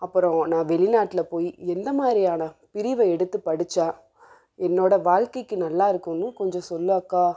அப்புறம் நான் வெளிநாட்டில போய் எந்தமாதிரியான பிரிவை எடுத்து படிச்சால் என்னோடய வாழ்க்கைக்கு நல்லா இருக்கும்ன்னு கொஞ்சம் சொல்லு அக்கா